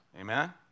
amen